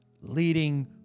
leading